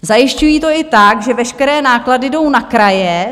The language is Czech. Zajišťují to i tak, že veškeré náklady jdou na kraje.